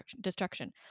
destruction